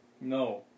No